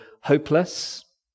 hopeless